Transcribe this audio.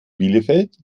bielefeld